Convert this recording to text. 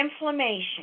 inflammation